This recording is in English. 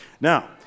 Now